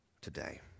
today